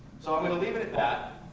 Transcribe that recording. so i'm going to leave it at that.